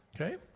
okay